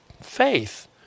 faith